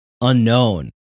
unknown